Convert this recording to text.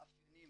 מאפיינים